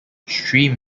stream